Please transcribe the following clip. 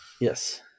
Yes